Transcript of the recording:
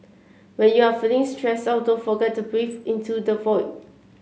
when you are feeling stressed out don't forget to breathe into the void